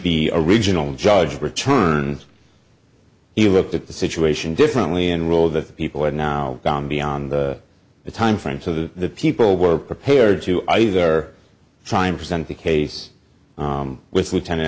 the original judge returned he looked at the situation differently and ruled that people have now gone beyond the time frame so the people were prepared to either try and present the case with lieutenant